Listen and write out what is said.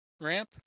ramp